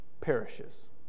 perishes